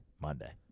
Monday